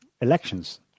elections